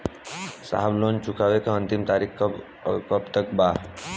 साहब लोन चुकावे क अंतिम तारीख कब तक बा?